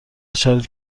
شرایطی